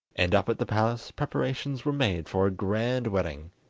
and up at the palace preparations were made for a grand wedding,